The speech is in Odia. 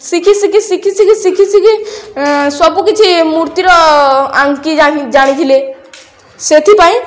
ଶିଖି ଶିଖି ଶିଖି ଶିଖି ଶିଖି ଶିଖି ସବୁକିଛି ମୂର୍ତ୍ତିର ଆଙ୍କି ଜାଣିଥିଲେ ସେଥିପାଇଁ